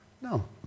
No